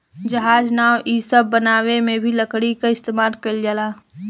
जहाज, नाव इ सब बनावे मे भी लकड़ी क इस्तमाल कइल जाला